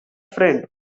friend